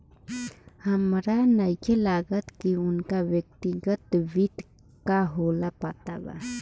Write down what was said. हामरा नइखे लागत की उनका व्यक्तिगत वित्त का होला पता बा